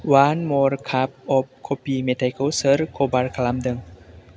one मर काप अफ कफी मेथाइखौ सोर कभार खालामदों